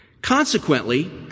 Consequently